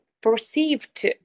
perceived